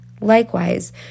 Likewise